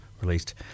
released